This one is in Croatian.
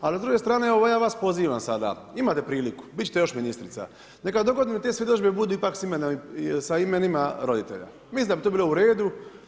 Ali s druge strane evo ja vas pozivam sada, imate priliku, bit ćete još ministrica, neka dogodine te svjedodžbe budu ipak sa imenima roditelja, mislim da bi to bilo u redu.